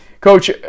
Coach